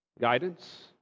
guidance